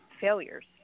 failures